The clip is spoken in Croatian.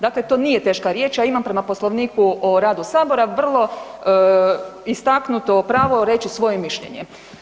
Dakle, to nije teška riječ, ja imam prema Poslovniku o radu Saboru vrlo istaknuto pravo reći svoje mišljenje.